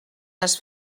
les